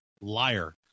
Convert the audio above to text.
liar